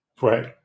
Right